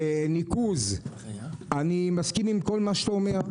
וניקוז אני מסכים עם כל מה שאתה אומר,